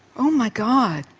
oh my god,